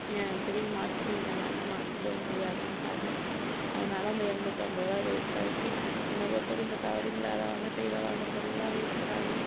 திரும்பி மாற்றிக்குவீங்களான்னேன் மாற்றிக்கவும் முடியாதுன்னுட்டாங்க அதனால் அந்த எழுநூற்றம்பது ருபா வேஸ்ட் ஆகிட்டு என்னை பொறுத்தவரையும் இந்த கவரிங்கில் அதை வாங்கறது இதை வாங்கறதெல்லாம் வேஸ்ட்டு தாங்க